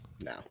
no